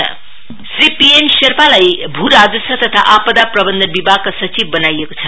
transfer Shri P N शेर्पालाई भूराजस्व तथा आपदा प्रबन्धन विभाग सचिव बनाइएको छ